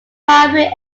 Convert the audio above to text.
primary